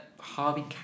Harvey